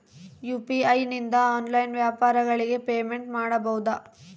UPI ನಿಂದ online ವ್ಯಾಪಾರಗಳಿಗೆ payment ಮಾಡಬಹುದಾ?